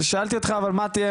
שאלתי אותך אבל מה תהיה